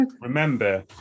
remember